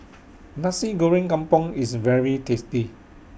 Nasi Goreng Kampung IS very tasty